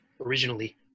originally